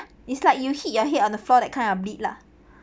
it's like you hit your head on the floor that kind of bleed lah